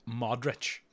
Modric